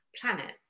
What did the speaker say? planets